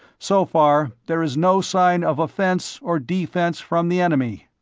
so far there is no sign of offense or defense from the enemy.